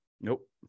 Nope